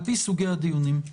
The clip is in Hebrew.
על פי סוגי הדיונים.